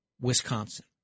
Wisconsin